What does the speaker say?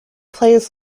plays